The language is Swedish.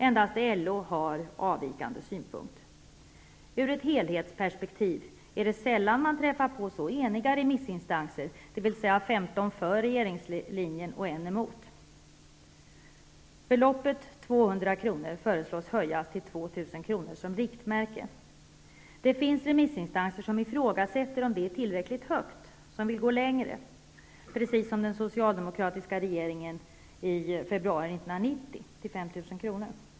Endast LO har avvikande synpunkt. Ur ett helhetsperspektiv är det sällan man träffar på så eniga remissinstanser, dvs. femton för regeringslinjen och en emot. Beloppet 200 kr. föreslås höjas till 2 000 kr. som riktmärke. Det finns remissinstanser som ifrågasätter om det är tillräckligt högt och som vill gå längre, precis som den socialdemokratiska regeringen i februari 1990 -- till 5 000 kr.